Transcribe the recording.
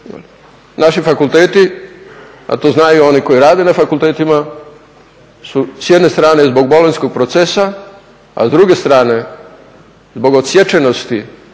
Naši fakulteti, a to znaju oni koji rade na fakultetima, su s jedne strane zbog bolonjskog procesa, a s druge strane zbog odsječenosti